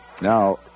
Now